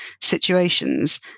situations